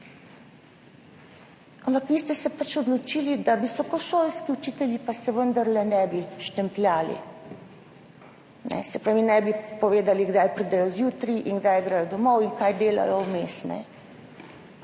ampak vi ste se pač odločili, da se pa visokošolski učitelji vendarle ne bi štempljali, se pravi ne bi povedali, kdaj pridejo zjutraj in kdaj gredo domov in kaj delajo vmes.